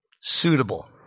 suitable